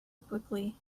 quickly